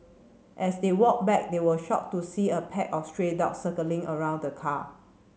as they walked back they were shocked to see a pack of stray dogs circling around the car